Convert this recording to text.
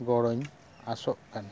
ᱜᱚᱲᱚᱧ ᱟᱥᱚᱜ ᱠᱟᱱᱟ